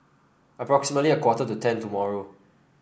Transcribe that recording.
approximately a quarter to ten tomorrow